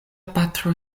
patro